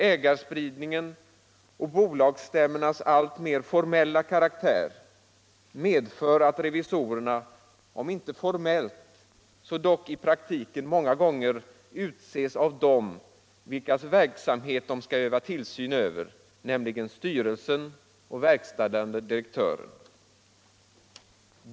Ägarspridningen och bolagsstämmornas alltmer formella karaktär medför bl.a. att revisorerna om inte formellt så dock i praktiken många gånger utses av dem vilkas verksamhet de skall utöva tillsyn över, nämligen styrelsen och verkställande direktören.